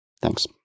Thanks